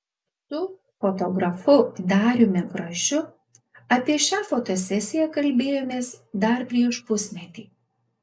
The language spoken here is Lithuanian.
su fotografu dariumi gražiu apie šią fotosesiją kalbėjomės dar prieš pusmetį